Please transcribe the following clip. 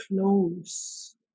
close